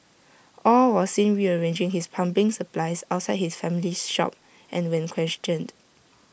aw was seen rearranging his plumbing supplies outside his family's shop and when questioned